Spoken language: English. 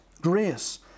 grace